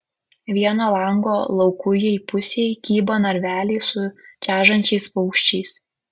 vieno lango laukujėj pusėj kybo narveliai su čežančiais paukščiais